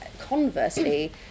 conversely